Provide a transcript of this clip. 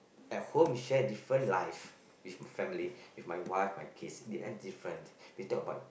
at home we share different life with my family with my wife my kids they earn different we talk about